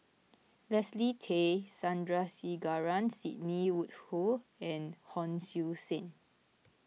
Leslie Tay Sandrasegaran Sidney Woodhull and Hon Sui Sen